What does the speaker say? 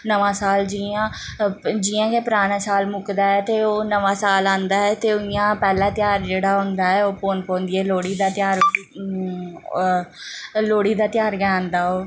नमां साल जियां जियां गै पराना साल मुकदा ऐ ते ओह् नमां साल आंदा ऐ ते उ'यां पैह्ला ध्यार जेह्ड़ा होंदा ऐ ओह् पौंदी पौंदी ऐ लोह्ड़ी दा ध्यार लोह्ड़ी दा ध्यार गै औंदा ओ